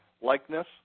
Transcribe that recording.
likeness